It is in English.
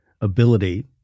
ability